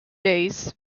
days